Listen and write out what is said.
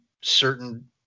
certain